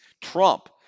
Trump